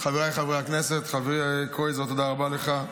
חבריי חברי הכנסת, חברי קרויזר, תודה רבה לך.